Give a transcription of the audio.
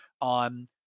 on